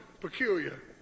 peculiar